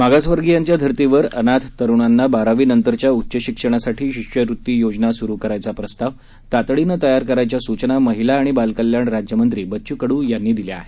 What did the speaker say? मागासवर्गीयांच्या धर्तीवर अनाथ तरुणांना बारावी नंतरच्या उच्च शिक्षणासाठी शिष्यवृत्ती योजना सुरू करण्याचा प्रस्ताव तातडीनं तयार करायच्या सूचना महिला आणि बालकल्याण राज्यमंत्री बच्चू कडू यांनी दिल्या आहेत